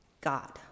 God